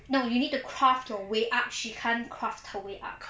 no you need to craft your way up she can't craft her way up